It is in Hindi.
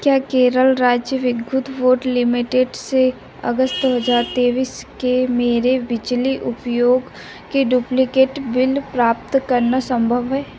क्या केरल राज्य विद्युत बोर्ड लिमिटेड से अगस्त दो हज़ार तेईस के मेरे बिजली उपयोग कि डुप्लिकेट बिल प्राप्त करना संभव है